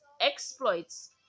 exploits